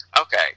Okay